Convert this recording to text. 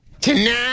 Tonight